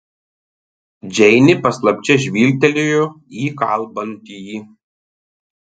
džeinė paslapčia žvilgtelėjo į kalbantįjį